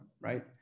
right